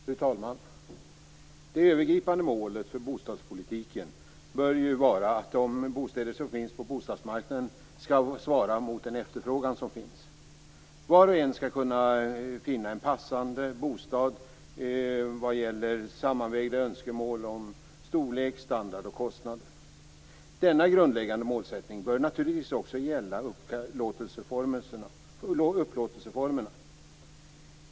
Fru talman! Det övergripande målet för bostadspolitiken bör vara att de bostäder som finns på bostadsmarknaden skall svara mot den efterfrågan som finns. Var och en skall kunna finna en passande bostad vad gäller sammanvägda önskemål om storlek, standard och kostnader. Denna grundläggande målsättning bör naturligtvis också gälla upplåtelseformerna.